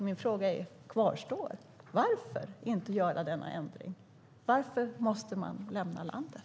Min fråga kvarstår: Varför inte göra denna ändring? Varför måste man lämna landet?